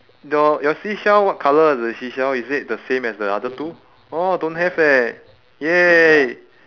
your your seashell what colour is the seashell is it the same as the other two oh don't have eh !yay!